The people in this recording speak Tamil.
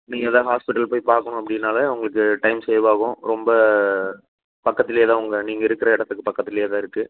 நீங்கள் ஏதாது ஹாஸ்பிடல் போய் பார்க்கணும் அப்படின்னாலே உங்களுக்கு டைம் சேவ் ஆகும் ரொம்ப பக்கத்தில் தான் உங்கள் நீங்கள் இருக்கிற இடத்துக்கு பக்கத்தில் தான் இருக்குது